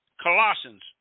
Colossians